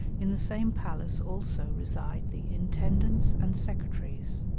in the same palace also reside the intendants and secretaries,